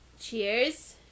Cheers